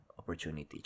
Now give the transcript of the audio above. opportunity